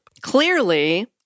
Clearly